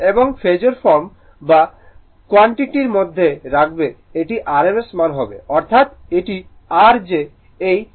এবং ফেজোর ফর্ম বা কোয়ান্টিটিের মধ্যে রাখবে এটি rms মান হবে অর্থাৎ এটি r যে এই নোটটি এখানে লেখা হয়েছে